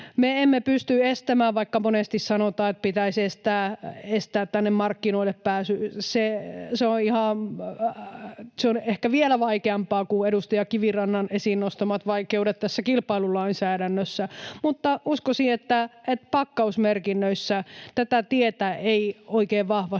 Me emme pysty estämään, vaikka monesti sanotaan, että pitäisi estää tänne markkinoille pääsy. Se on ehkä vielä vaikeampaa kuin edustaja Kivirannan esiin nostamat vaikeudet kilpailulainsäädännössä, mutta uskoisin, että pakkausmerkinnöissä tätä tietä ei oikein vahvasti olla